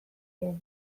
diren